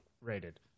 rated